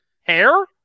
hair